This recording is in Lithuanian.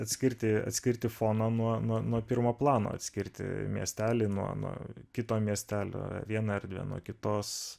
atskirti atskirti foną nuo nuo nuo pirmo plano atskirti miestelį nuo nuo kito miestelio vieną erdvę nuo kitos